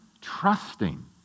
trusting